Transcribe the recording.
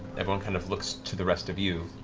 everyone kind of looks to the rest of you.